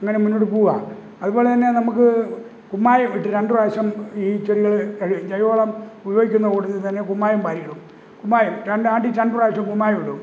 അങ്ങനെ മുന്നോട്ടുപോവാ അതുപോലെതന്നെ നമുക്ക് കുമ്മായമിട്ട് രണ്ട് പ്രാവശ്യം ഈ ചെടികള് കഴിവ ജൈവവളം ഉപയോഗിക്കുന്ന കൂട്ടത്തില്ത്തന്നെ കുമ്മായം വാരിയിടും കുമ്മായം രണ്ടാണ്ടില് രണ്ട് പ്രാശ്യം കുമ്മായമിടും